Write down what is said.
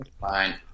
Fine